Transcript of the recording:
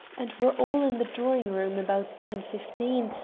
and were all in the drawing room about ten fifteen,